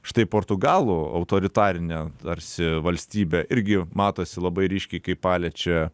štai portugalų autoritarinė tarsi valstybė irgi matosi labai ryškiai kai paliečia